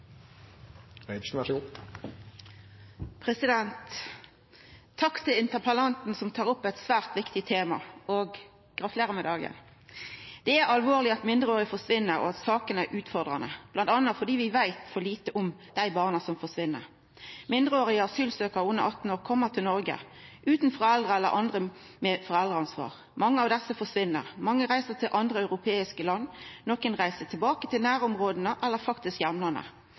alvorleg at mindreårige forsvinn, og sakene er utfordrande, bl.a. fordi vi veit for lite om dei barna som forsvinn. Mindreårige asylsøkjarar under 18 år kjem til Noreg utan foreldre eller andre med foreldreansvar. Mange av desse forsvinn. Mange reiser til andre europeiske land, nokre reiser tilbake til nærområda eller faktisk